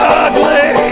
ugly